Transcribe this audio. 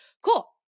cool